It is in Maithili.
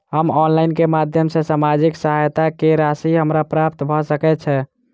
हम ऑनलाइन केँ माध्यम सँ सामाजिक सहायता केँ राशि हमरा प्राप्त भऽ सकै छै?